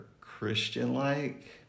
Christian-like